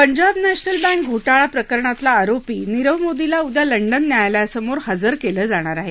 पंजाब नर्ष्मिल बँक घोटाळा प्रकरणातला आरोपी नीरव मोदीला उद्या लंडन न्यायालयासमोर हजर केलं जाणार आहे